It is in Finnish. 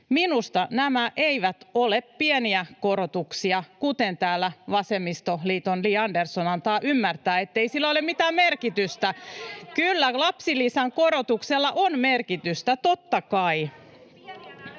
Minusta nämä eivät ole pieniä korotuksia, vaikka täällä vasemmistoliiton Li Andersson antaa ymmärtää, ettei niillä ole mitään merkitystä. Kyllä lapsilisän korotuksella on merkitystä, totta kai.